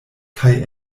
kaj